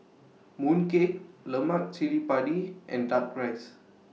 Mooncake Lemak Cili Padi and Duck Rice